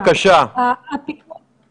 בבקשה, קרין.